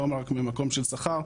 זה לא רק ממקום של שכר.